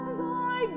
thy